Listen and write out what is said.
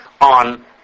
on